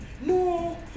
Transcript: no